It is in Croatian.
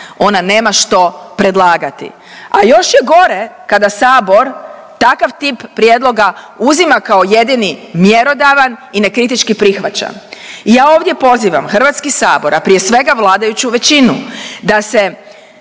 ona nema što predlagati, a još je gore kada sabor takav tip prijedloga uzima kao jedini mjerodavan i nekritički prihvaća. I ja ovdje pozivam Hrvatski sabor, a prije svega vladajuću većinu da se